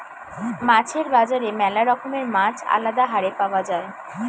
মাছের বাজারে ম্যালা রকমের মাছ আলদা হারে পাওয়া যায়